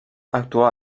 actuà